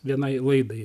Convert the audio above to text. vienai laidai